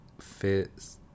fits